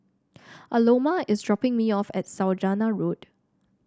Aloma is dropping me off at Saujana Road